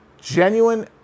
genuine